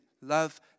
Love